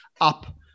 up